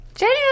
Jenny